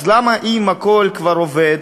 אז למה אם הכול כבר עובד,